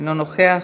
אינו נוכח,